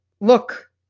look